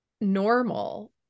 normal